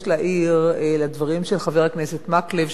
מבקשת להעיר לדברים של חבר הכנסת מקלב,